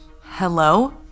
Hello